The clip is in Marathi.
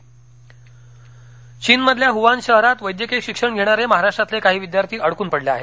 कोरोना चीनमधल्या हवान शहरात वैद्यकीय शिक्षण घेणारे महाराष्ट्रातले काही विद्यार्थी अडकून पडले आहेत